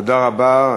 תודה רבה.